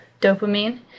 dopamine